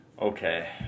Okay